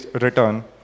return